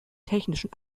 technischen